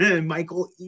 Michael